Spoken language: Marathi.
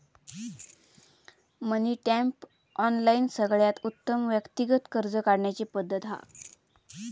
मनी टैप, ऑनलाइन सगळ्यात उत्तम व्यक्तिगत कर्ज काढण्याची पद्धत हा